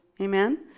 amen